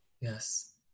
yes